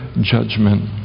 judgment